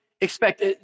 expect